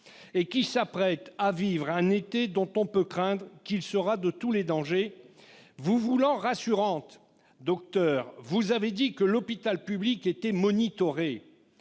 et qui s'apprêtent à vivre un été dont on peut craindre qu'il ne soit celui de tous les dangers. Vous voulant rassurante, docteur, vous avez dit que l'hôpital public était « monitoré